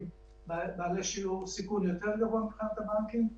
אנחנו לא מתעקשים על שום מבנה כזה או אחר,